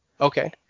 Okay